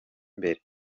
imbere